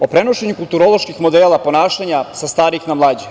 O prenošenju kulturoloških modela ponašanja sa starijih na mlađe.